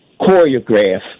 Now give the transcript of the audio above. choreograph